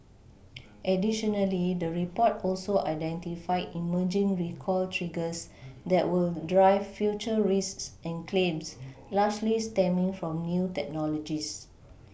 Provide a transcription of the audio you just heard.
additionally the report also identified emerging recall triggers that will drive future risks and claims largely stemming from new technologies